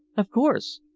of course.